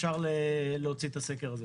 אפשר להוציא את הסקר הזה.